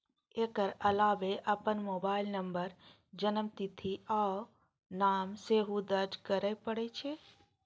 एकर अलावे अपन mobile number, जन्मतिथि आ नाम सेहो दर्ज करय पड़ै छै